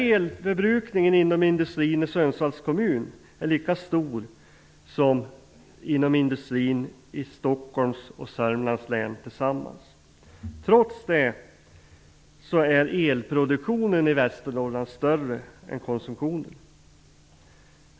Elförbrukningen inom industrin i Sundsvalls kommun är lika stor som inom industrin i hela Stockholms och Södermanlands län tillsammans. Trots det är elproduktionen i Västernorrland större än konsumtionen.